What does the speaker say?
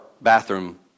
bathroom